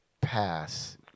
pass